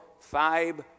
five